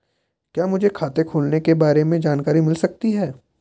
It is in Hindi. क्या मुझे खाते खोलने के बारे में जानकारी मिल सकती है?